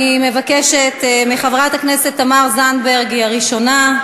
אני מבקשת מחברת הכנסת תמר זנדברג, היא הראשונה.